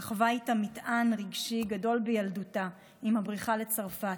סחבה איתה מטען רגשי גדול בילדותה עם הבריחה לצרפת.